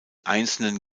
einzelnen